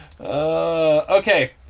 Okay